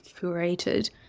curated